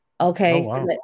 Okay